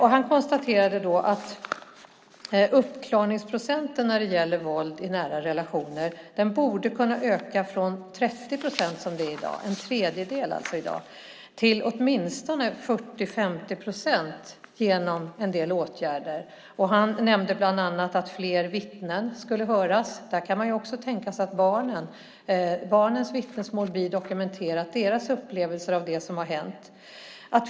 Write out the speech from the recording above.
Han konstaterade då att uppklaringsprocenten när det gäller våld i nära relationer borde kunna öka från 30 procent, som det är i dag, alltså en tredjedel, till åtminstone 40-50 procent genom en del åtgärder. Han nämnde bland annat att fler vittnen skulle höras. Där kan man också tänka sig att barnens vittnesmål blir dokumenterade, deras upplevelse av det som har hänt.